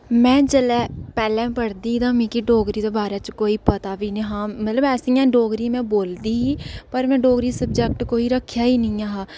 में जेल्लै पैह्ले पढ़दी तां मिगी डोगरी दे बारै च पता बी नेईं हा मतलब ऐसी में डोगरी बोलदी ही पर में डोगरी सब्जैक्ट कोई रक्खेआ निं हा